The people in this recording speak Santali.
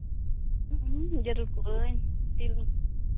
ᱦᱩᱸ ᱡᱟᱹᱨᱩᱲ ᱠᱚᱜᱼᱟᱹᱧ ᱛᱤᱱ